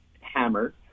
hammer